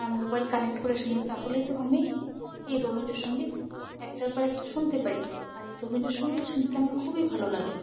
আর mobile connect করে শুনি তাহলে তো আমি এই রবীন্দ্রসঙ্গীত একটার পর একটা শুনতে পারি আর এই রবীন্দ্রসঙ্গীত শুনতে আমার খুবই ভালো লাগে